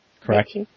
correct